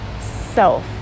self